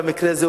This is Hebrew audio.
במקרה הזה,